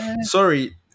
sorry